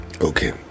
Okay